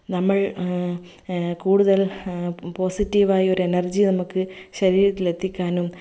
നമ്മൾ കൂടുതൽ പോസിറ്റീവ് ആയി ഒരു എനർജി നമുക്ക് ശരീരത്തിലെത്തിക്കാനും